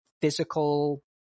physical